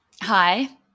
hi